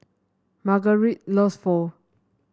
Margarite loves Pho